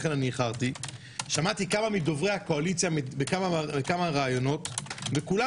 ושמעתי כמה מדוברי הקואליציה בכמה ראיונות וכולם